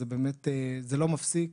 זה באמת לא מפסיק,